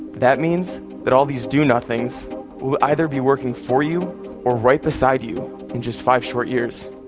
that means that all these do-nothings will either be working for you or right beside you in just five short years.